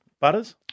Butters